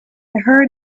heard